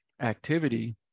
activity